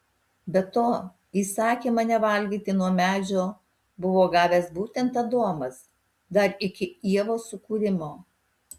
be to įsakymą nevalgyti nuo medžio buvo gavęs būtent adomas dar iki ievos sukūrimo